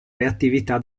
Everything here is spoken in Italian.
reattività